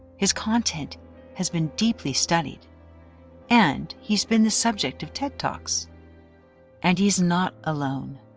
his content has been deeply studied and he's been the subject of ted talks and he's not alone.